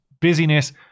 busyness